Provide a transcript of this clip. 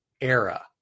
era